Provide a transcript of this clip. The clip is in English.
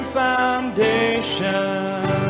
foundation